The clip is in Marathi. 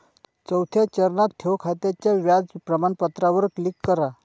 चौथ्या चरणात, ठेव खात्याच्या व्याज प्रमाणपत्रावर क्लिक करा